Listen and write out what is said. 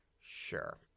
Sure